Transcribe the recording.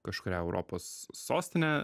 kažkurią europos sostinę